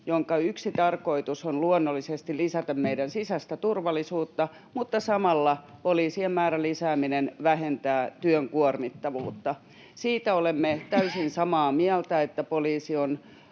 jonka yksi tarkoitus on luonnollisesti lisätä meidän sisäistä turvallisuutta, mutta samalla poliisien määrän lisääminen vähentää työn kuormittavuutta. Siitä olemme täysin samaa mieltä, että poliisi on